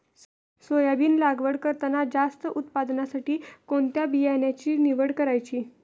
Soybean लागवड करताना जास्त उत्पादनासाठी कोणत्या बियाण्याची निवड करायची?